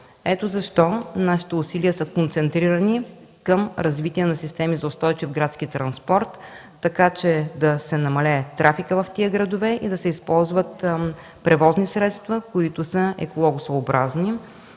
Ето защо нашите усилия са концентрирани към развитие на системи за устойчив градски транспорт, така че да се намали трафика в тези градове и да се използват превозни средства, които са екологосъобразни.